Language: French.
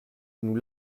nous